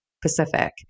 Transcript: Pacific